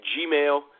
Gmail